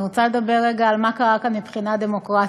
אני רוצה לדבר רגע על מה שקרה כאן מבחינה דמוקרטית.